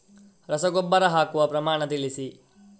ರಸಗೊಬ್ಬರ ಹಾಕುವ ಪ್ರಮಾಣ ತಿಳಿಸಿ